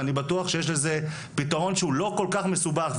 ואני בטוח שיש לזה פתרון שהוא לא כל כך מסובך,